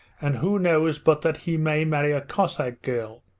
and who knows but that he may marry a cossack girl.